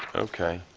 ok.